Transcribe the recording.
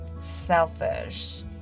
selfish